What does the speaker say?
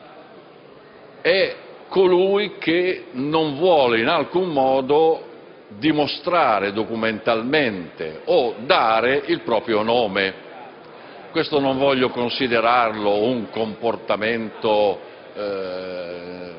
è colui che non vuole in alcun modo dimostrare documentalmente la sua identità o dire il proprio nome. Questo non voglio considerarlo un comportamento non